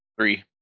three